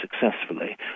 successfully